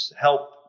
help